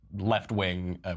left-wing